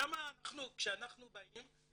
כשאנחנו באים,